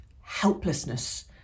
helplessness